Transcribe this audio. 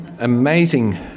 amazing